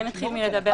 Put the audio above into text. נכלל?